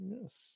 Yes